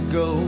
go